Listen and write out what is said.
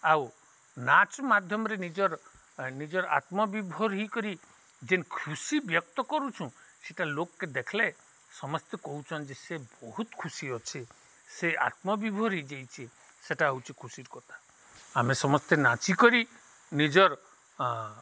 ଆଉ ନାଚ୍ ମାଧ୍ୟମରେ ନିଜର ନିଜର ଆତ୍ମବିଭୋର ହୋଇକରି ଯେନ୍ ଖୁସି ବ୍ୟକ୍ତ କରୁଛୁଁ ସେଟା ଲୋକକେ ଦେଖ୍ଲେ ସମସ୍ତେ କହୁଛନ୍ ଯେ ସେ ବହୁତ ଖୁସି ଅଛେ ସେ ଆତ୍ମବିଭୋର ହଇଯାଇଛେ ସେଟା ହଉଛେ ଖୁସି କଥା ଆମେ ସମସ୍ତେ ନାଚି କରି ନିଜର